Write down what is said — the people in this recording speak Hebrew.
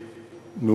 לשמחתי,